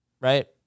right